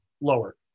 lower